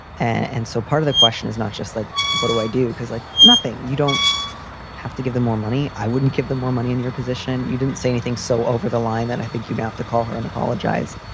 and so part of the question is not just like, what do i do? because, like, nothing. you don't have to give them more money. i wouldn't give them more money in your position. you didn't say anything. so over the line that i think you'd have to call her and apologize.